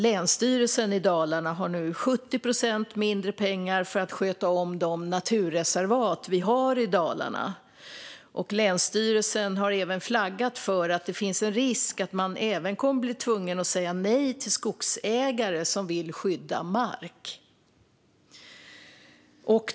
Länsstyrelsen i Dalarna har nu 70 procent mindre pengar för att sköta om de naturreservat vi har i Dalarna. Länsstyrelsen har även flaggat för att det finns risk att man även kommer att bli tvungen att säga nej till skogsägare som vill skydda mark.